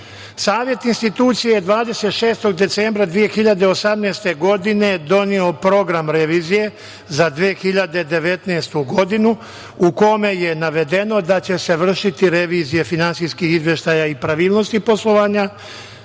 institucije 26. decembra 2018. godine doneo je program revizije za 2019. godinu u kome je navedeno da će se vršiti revizija finansijskih izveštaja i pravilnosti poslovanja,